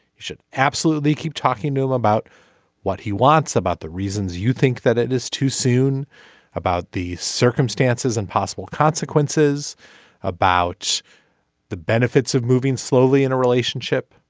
you should absolutely keep talking to him about what he wants about the reasons you think that it is too soon about the circumstances and possible consequences about the benefits of moving slowly in a relationship.